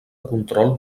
control